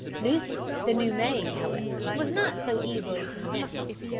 lucy, the new maid, however, was not so easily convinced.